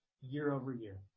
year-over-year